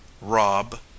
rob